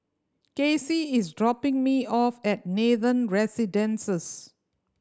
Kacie is dropping me off at Nathan Residences